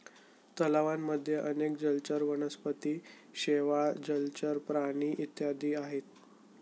तलावांमध्ये अनेक जलचर वनस्पती, शेवाळ, जलचर प्राणी इत्यादी आहेत